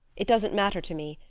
it doesn't matter to me,